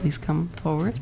please come forward